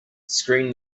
screen